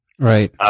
right